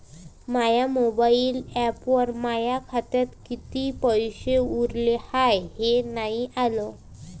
माया mobile ॲपवर माया खात्यात किती पैसे उरले हाय हे नाही आलं